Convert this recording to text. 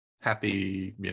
happy